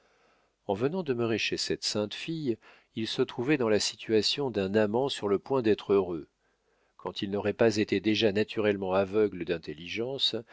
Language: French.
en venant demeurer chez cette sainte fille il se trouvait dans la situation d'un amant sur le point d'être heureux quand il n'aurait pas été déjà naturellement aveugle d'intelligence